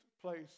place